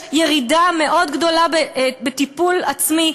ירידה מאוד גדולה בטיפול עצמי,